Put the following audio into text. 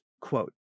Quote